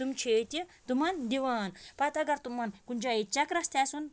تِم چھِ ییٚتہِ تِمَن دِوان پَتہٕ اگر تِمَن کُنہِ جاے ییٚتہِ چَکرَس تہِ آسہِ یُن